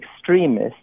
extremists